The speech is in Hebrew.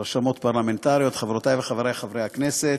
רשמות פרלמנטריות, חברותי וחברי חברי הכנסת,